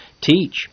teach